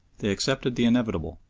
they accepted the inevitable,